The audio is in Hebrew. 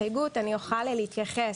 אני אוכל להתייחס?